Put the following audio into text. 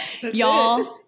Y'all